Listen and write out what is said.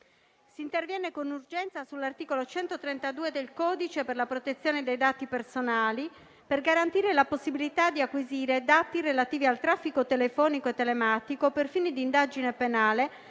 Si interviene con urgenza sull'articolo 132 del codice per la protezione dei dati personali per garantire la possibilità di acquisire dati relativi al traffico telefonico e telematico per fini di indagine penale